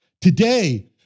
Today